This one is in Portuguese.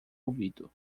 ouvido